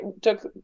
took